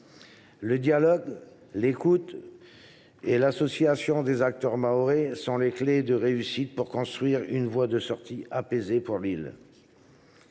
Le dialogue, l’écoute et l’association des acteurs mahorais sont les clés de réussite pour construire une voie de sortie apaisée pour l’île.